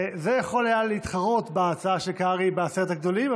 זה יכול היה להתחרות בהצעה של קרעי בעשרת הגדולים,